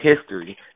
history